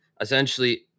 essentially